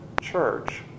church